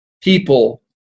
people